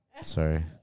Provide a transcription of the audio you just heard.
Sorry